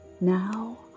now